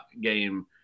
game